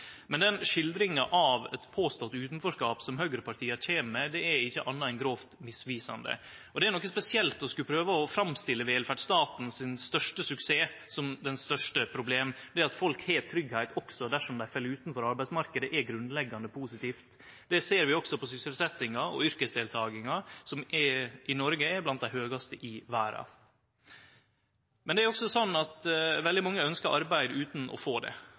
Men den skildringa av eit påstått utanforskap som høgrepartia kjem med, er ikkje anna enn grovt misvisande. Og det er noko spesielt å skulle prøve å framstille den største suksessen til velferdsstaten som det største problemet. Det at folk har tryggleik også dersom dei fell utanfor arbeidsmarknaden, er grunnleggjande positivt. Det ser vi også på sysselsetjinga og yrkesdeltakinga, som i Noreg er blant dei høgaste i verda. Men det er også sånn at veldig mange ønskjer arbeid utan å få det.